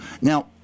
Now